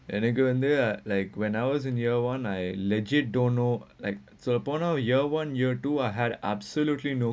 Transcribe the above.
and then எனக்கு வந்து:ennakku vanthu are like when I was in year one like I legit don't know like so upon now year one year two I had absolutely no